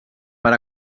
per